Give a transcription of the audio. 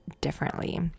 differently